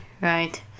Right